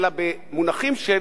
אלא במונחים של